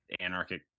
anarchic